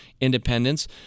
independence